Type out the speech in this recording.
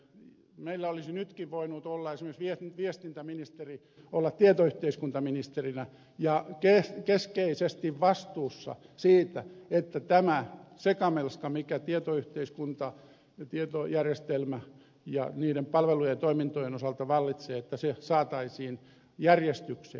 meillä olisi nytkin voinut olla esimerkiksi viestintäministeri tietoyhteiskuntaministerinä ja keskeisesti vastuussa siitä että tämä sekamelska mikä tietoyhteiskunta tietojärjestelmä ja niiden palvelujen toimintojen osalta vallitsee saataisiin järjestykseen